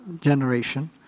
generation